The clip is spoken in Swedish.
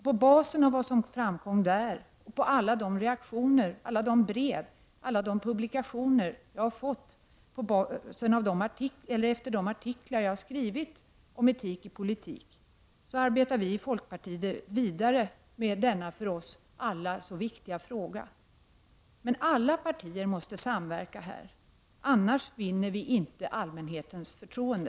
På basis av vad som framkom där och alla de reaktioner, alla brev och publikationer som jag har fått efter de artiklar jag skrivit om etik i politiken arbetar vi i folkpartiet vidare med denna för oss alla så viktiga fråga. Men alla partier måste samverka här, annars vinner vi inte allmänhetens förtroende.